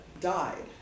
died